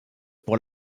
pour